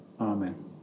Amen